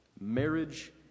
marriage